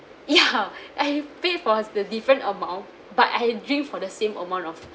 ya I pay for the different amount but I drink for the same amount of